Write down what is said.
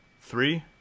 three